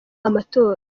amatora